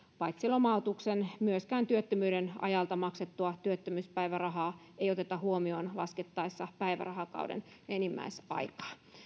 paitsi lomautuksen myöskään työttömyyden ajalta maksettua työttömyyspäivärahaa ei oteta huomioon laskettaessa päivärahakauden enimmäisaikaa